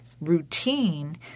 routine